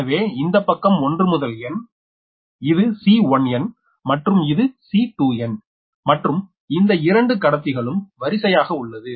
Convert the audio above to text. எனவே இந்த பக்கம் 1 முதல் n இது C1n மற்றும் இது C2n மற்றும் இந்த இரண்டு கடத்திகளும் வரிசையாக உள்ளது